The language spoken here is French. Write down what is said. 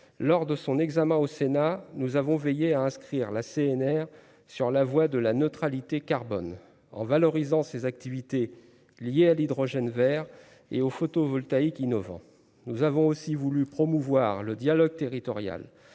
lors de son examen au Sénat, nous avons veillé à inscrire la CNR sur la voie de la neutralité carbone en valorisant ses activités liées à l'hydrogène Vert et au photovoltaïque innovant, nous avons aussi voulu promouvoir le dialogue territorial